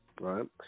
Right